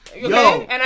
Yo